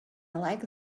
like